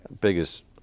biggest